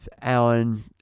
Alan